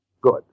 Good